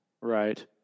Right